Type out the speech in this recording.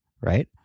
right